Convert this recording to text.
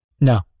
no